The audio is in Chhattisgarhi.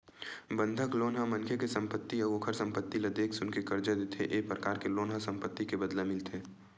बंधक लोन ह मनखे के संपत्ति अउ ओखर संपत्ति ल देख सुनके करजा देथे ए परकार के लोन ह संपत्ति के बदला मिलथे